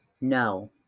No